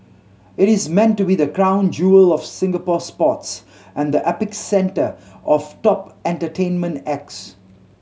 it is meant to be the crown jewel of Singapore sports and the epicentre of top entertainment acts